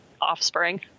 offspring